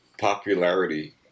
popularity